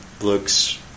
looks